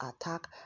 attack